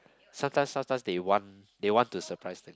sometimes sometimes they want they want to surprise